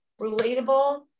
relatable